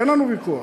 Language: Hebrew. אין לנו ויכוח.